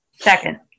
Second